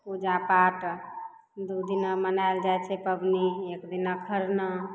पूजापाठ दू दिना मनायल जाइ छै पबनी एक दिना खरना